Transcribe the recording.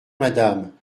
madame